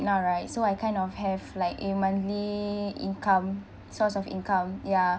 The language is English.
now right so I kind of have like a monthly income source of income ya